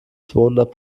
zweihundert